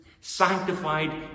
sanctified